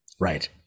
Right